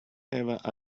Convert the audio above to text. have